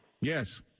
Yes